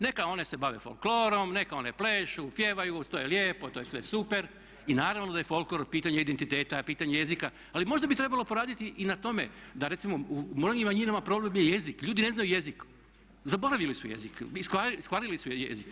Neka one se bave folklorom, neka one plešu, pjevaju to je lijepo, to je sve super i naravno da je folklor pitanje identiteta, pitanje jezika ali možda bi trebalo poraditi i na tome da recimo u mojim manjinama problem je jezik, ljudi ne znaju jezik, zaboravili su jezik, iskvarili su jezik.